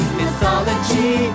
mythology